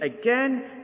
again